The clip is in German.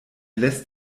lässt